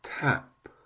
Tap